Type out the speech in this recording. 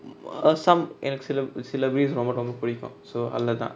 mm err some எனக்கு சில சில:enaku sila sila breeds ரொம்ப ரொம்ப புடிக்கு:romba romba pudiku so allatha